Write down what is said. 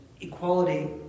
equality